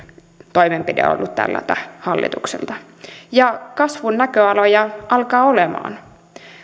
toimenpide tältä hallitukselta kasvun näköaloja alkaa olemaan